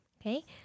Okay